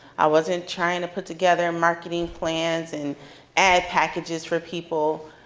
i wasn't trying to put together marketing plans and ad packages for people.